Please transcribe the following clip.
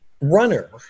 runner